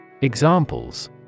Examples